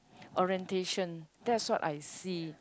orientation that's what I see